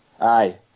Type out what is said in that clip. Aye